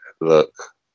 look